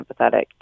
empathetic